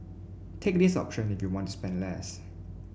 take this option if you want to spend less